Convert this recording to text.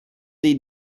dei